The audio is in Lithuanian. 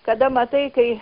kada matai kai